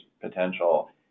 potential